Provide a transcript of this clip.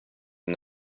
and